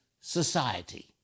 society